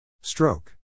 Stroke